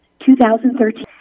2013